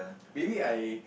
maybe I